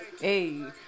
hey